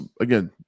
again